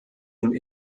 dem